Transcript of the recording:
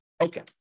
Okay